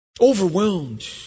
overwhelmed